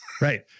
Right